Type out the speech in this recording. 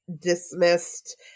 dismissed